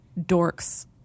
dorks